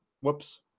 Whoops